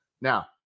Now